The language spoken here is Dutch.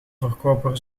verkoper